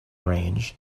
range